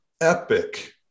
epic